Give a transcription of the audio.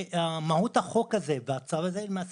מה לדעתך משטרת ישראל זה בכלל ברדאר שלה מבחינת אתגרים?